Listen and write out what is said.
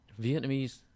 Vietnamese